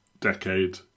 decade